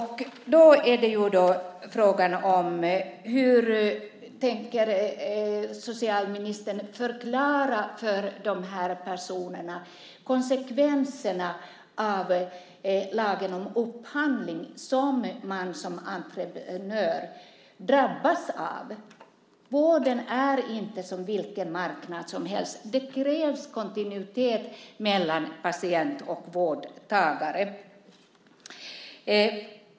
I så fall är frågan hur socialministern tänker förklara konsekvenserna av lagen om upphandling som dessa personer som entreprenör drabbas av. Vården är inte som vilken marknad som helst. Det krävs kontinuitet mellan patient och vårdgivare.